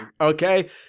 okay